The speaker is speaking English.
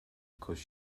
because